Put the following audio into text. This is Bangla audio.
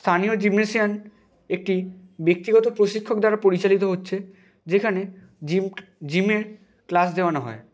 স্থানীয় জিমনেশিয়ান একটি ব্যক্তিগত প্রশিক্ষক দ্বারা পরিচালিত হচ্ছে যেখানে জিম জিমে ক্লাস দেওয়ানো হয়